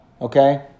okay